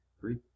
Three